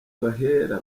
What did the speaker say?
bahera